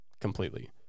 completely